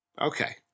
Okay